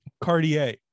Cartier